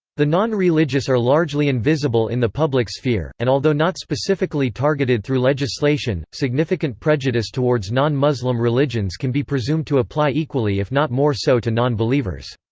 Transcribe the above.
the non-religious are largely invisible in the public sphere, and although not specifically targeted through legislation, significant prejudice towards non-muslim religions can be presumed to apply equally if not more so to non-believers.